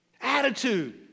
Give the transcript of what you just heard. Attitude